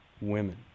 women